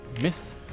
Miss